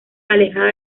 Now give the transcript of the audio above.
alejada